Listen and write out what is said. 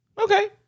okay